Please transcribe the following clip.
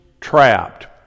trapped